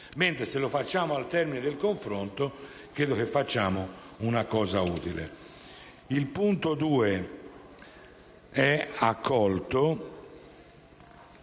mentre se lo facciamo al termine del confronto credo che facciamo una cosa utile. Esprimo parere